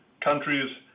countries